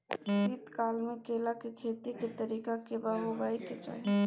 शीत काल म केला के खेती के तरीका केना होबय के चाही?